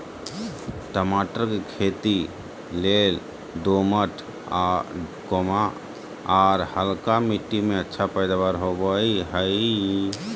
टमाटर के खेती लेल दोमट, आर हल्का मिट्टी में अच्छा पैदावार होवई हई